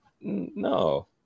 no